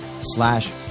slash